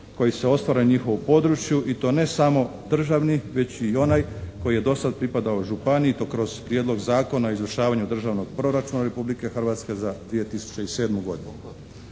koji se ostvaruje na njihovu području i to ne samo državni već i onaj koji je do sad pripadao županiji, to kroz Prijedlog zakona o izvršavanju državnog proračuna Republike Hrvatske za 2007. godinu.